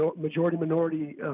majority-minority